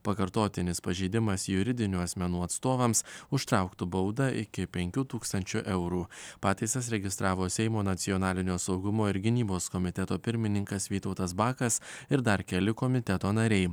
pakartotinis pažeidimas juridinių asmenų atstovams užtrauktų baudą iki penkių tūkstančių eurų pataisas registravo seimo nacionalinio saugumo ir gynybos komiteto pirmininkas vytautas bakas ir dar keli komiteto nariai